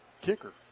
kicker